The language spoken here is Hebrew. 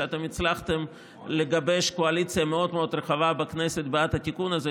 שאתם הצלחתם לגבש קואליציה מאוד מאוד רחבה בכנסת בעד התיקון הזה,